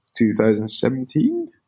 2017